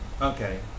Okay